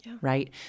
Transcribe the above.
right